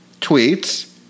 tweets